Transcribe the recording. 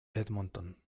edmonton